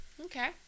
Okay